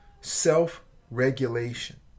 Self-regulation